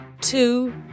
two